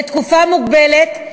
לתקופה מוגבלת,